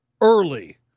early